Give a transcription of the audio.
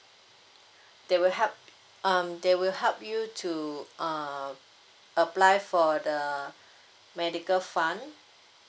they will help um they will help you to err apply for the medical fund